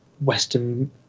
Western